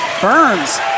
Burns